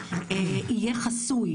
יהיה חסוי.